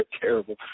terrible